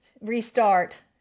Restart